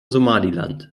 somaliland